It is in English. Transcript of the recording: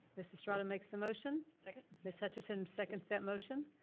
ms. estrada makes the motion. second. ms. hutchinson second's that motion.